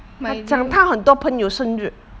买礼物